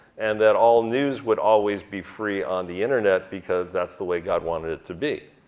and that all news would always be free on the internet because that's the way god wanted it to be.